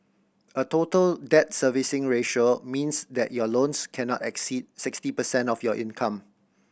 a Total Debt Servicing Ratio means that your loans cannot exceed sixty percent of your income